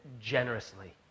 generously